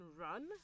run